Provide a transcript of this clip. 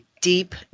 deep